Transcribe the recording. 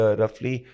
roughly